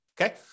okay